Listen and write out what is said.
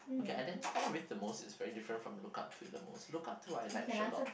okay identify with the most is very different from look up to the most look up to I like Sherlock